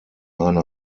eine